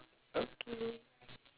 so okay